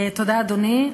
תודה, אדוני.